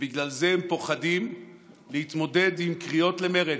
ובגלל זה הם פוחדים להתמודד עם קריאות למרד.